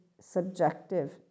subjective